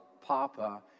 papa